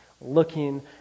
looking